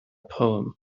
poem